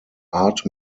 art